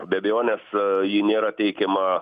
be abejonės ji nėra teikiama